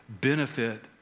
benefit